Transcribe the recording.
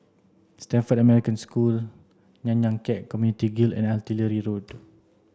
Stamford American School Nanyang Khek Community Guild and Artillery Road